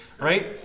right